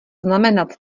znamenat